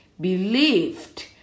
believed